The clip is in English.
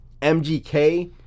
MGK